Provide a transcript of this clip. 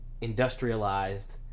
industrialized